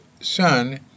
son